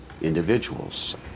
individuals